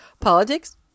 politics